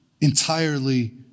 entirely